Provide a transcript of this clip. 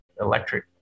electric